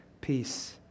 Peace